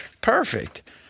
Perfect